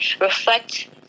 reflect